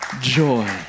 joy